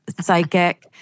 psychic